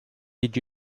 did